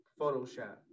Photoshop